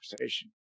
conversation